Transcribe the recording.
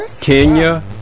Kenya